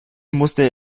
musste